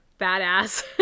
badass